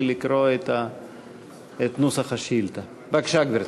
בבקשה, גברתי.